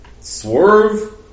swerve